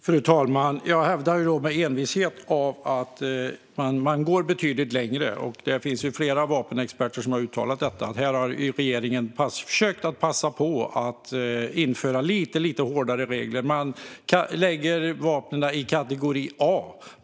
Fru talman! Jag hävdar med envishet att man går betydligt längre. Det finns flera vapenexperter som har uttalat detta. Här har regeringen försökt passa på att införa lite, lite hårdare regler. Man lägger vapnen i kategori A.